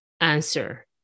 answer